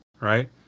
right